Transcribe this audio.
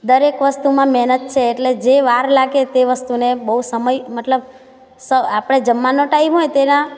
દરેક વસ્તુમાં મહેનત છે એટલે જે વાર લાગે તે વસ્તુને બહુ સમય મતલબ સવ આપણે જમવાનો ટાઈમ હોય તેના